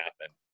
happen